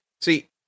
see